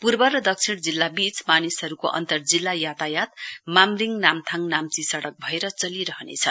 पूर्व दक्षिणजिल्लावीच मानिसहरुको अन्तर्जिल्ला यातायात मामरिङ नाम्थाङ नाम्ची सङ्गक भएर चलिरहनेछ